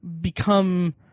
become